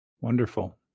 Wonderful